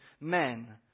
men